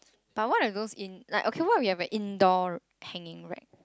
but what are those in okay what if we have those indoor hanging rack